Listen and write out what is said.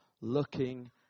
looking